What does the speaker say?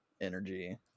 energy